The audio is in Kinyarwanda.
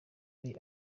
ari